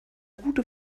gute